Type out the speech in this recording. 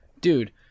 Dude